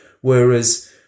Whereas